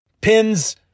pins